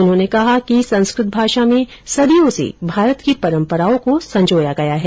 उन्होंने कहा कि संस्कृत भाषा में सदियों से भारत की परम्पराओं को संजोया गया है